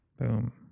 boom